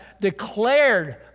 declared